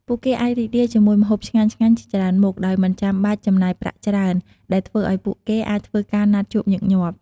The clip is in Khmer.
ពួកគេអាចរីករាយជាមួយម្ហូបឆ្ងាញ់ៗជាច្រើនមុខ ដោយមិនចាំបាច់ចំណាយប្រាក់ច្រើន ដែលធ្វើឲ្យពួកគេអាចធ្វើការណាត់ជួបញឹកញាប់។